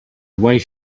wait